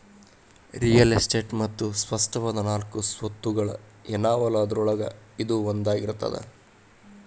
real estate ಮತ್ತ ಸ್ಪಷ್ಟವಾದ ನಾಲ್ಕು ಸ್ವತ್ತುಗಳ ಏನವಲಾ ಅದ್ರೊಳಗ ಇದೂ ಒಂದಾಗಿರ್ತದ